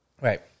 Right